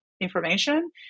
information